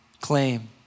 claim